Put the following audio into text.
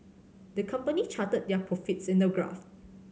the company charted their profits in a graph